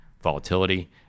volatility